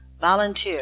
Volunteer